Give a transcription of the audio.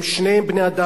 הם שניהם בני-אדם,